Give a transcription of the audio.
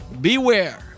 Beware